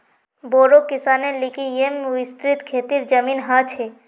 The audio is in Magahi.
बोड़ो किसानेर लिगि येमं विस्तृत खेतीर जमीन ह छे